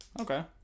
Okay